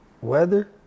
Weather